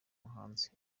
muhanzi